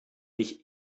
mich